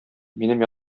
минем